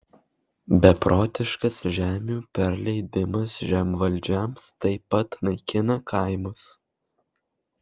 beprotiškas žemių perleidimas žemvaldžiams taip pat naikina kaimus